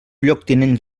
lloctinent